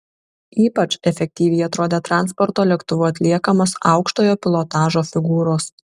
ypač efektyviai atrodė transporto lėktuvu atliekamos aukštojo pilotažo figūros